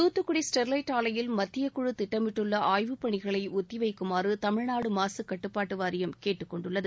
Thoothukudi Sterlite ஆலையில் மத்திய குழு திட்டமிட்டுள்ள ஆய்வுப் பணிகளை ஒத்திவைக்குமாறு தமிழ்நாடு மாசுக் கட்டுப்பாட்டு வாரியம் கேட்டுக்கொண்டுள்ளது